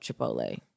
Chipotle